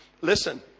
Listen